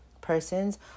persons